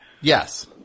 yes